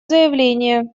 заявление